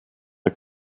der